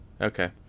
Okay